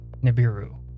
Nibiru